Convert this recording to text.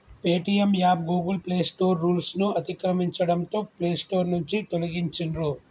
Paytm app Google Play Store రూల్స్ను అతిక్రమించడంతో Play Store నుంచి తొలగించిర్రు